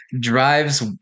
drives